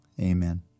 amen